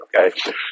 okay